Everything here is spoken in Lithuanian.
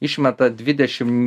išmeta dvidešim